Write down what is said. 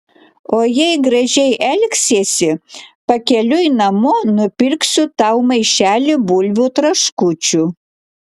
o jei gražiai elgsiesi pakeliui namo nupirksiu tau maišelį bulvių traškučių